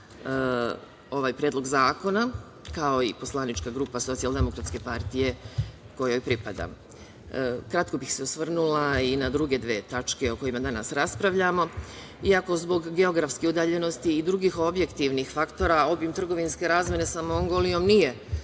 ovaj predlog zakona, kao i poslanička grupa Socijaldemokratske partije kojoj pripadam. Kratko bih se osvrnula i na druge dve tačke o kojima danas raspravljamo. Iako zbog geografske udaljenosti i drugih objektivnih faktora obim trgovinske razmene sa Mongolijom nije